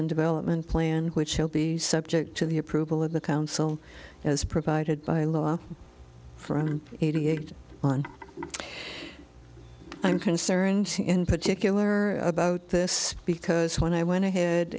and development plan which will be subject to the approval of the council as provided by law from eighty eight on i'm concerned in particular about this because when i went ahead